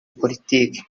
politiki